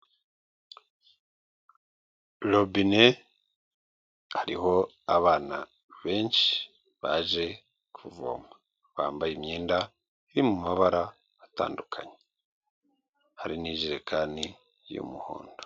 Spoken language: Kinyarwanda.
Robine, hariho abana benshi baje kuvoma. Bambaye imyenda iri mu mabara atandukanye. Hari n'ijerekani y'umuhondo.